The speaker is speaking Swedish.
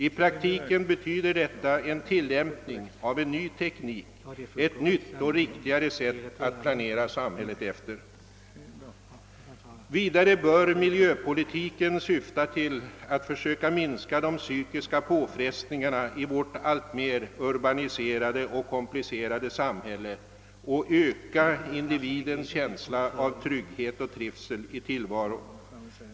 I praktiken betyder detta en tillämpning av en ny teknik, ett nytt och riktigare sätt att planera samhället. Vidare bör miljöpolitiken syfta till att försöka minska de psykiska påfrestningarna i vårt alltmer urbaniserade och komplicerade samhälle och öka individens känsla av trygghet och trivsel i tillvaron.